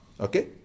Okay